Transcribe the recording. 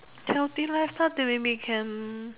healthy lifestyle there will be can